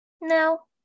No